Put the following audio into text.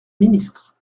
ministre